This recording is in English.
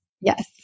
Yes